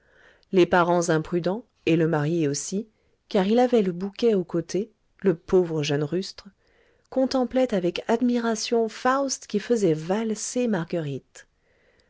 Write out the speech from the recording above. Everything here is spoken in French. les parents imprudents et le marié aussi car il avait le bouquet au côté le pauvre jeune rustre contemplaient avec admiration faust qui faisait valser marguerite